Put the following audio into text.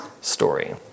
story